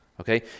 Okay